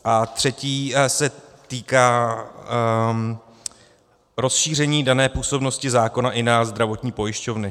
A třetí se týká rozšíření dané působnosti zákona i na zdravotní pojišťovny.